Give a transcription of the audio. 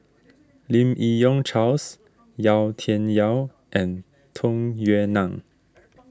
Lim Yi Yong Charles Yau Tian Yau and Tung Yue Nang